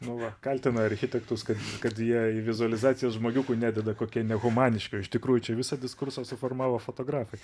nuolat kaltina architektus kad kad jie į vizualizacijas žmogiukų nededa kokie nehumaniški o iš tikrųjų čia visą diskursą suformavo fotografai